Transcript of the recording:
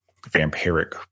vampiric